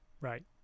Right